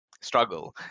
struggle